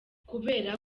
kubera